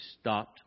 stopped